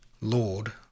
Lord